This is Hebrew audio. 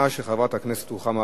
חברת הכנסת רוחמה אברהם.